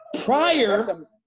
prior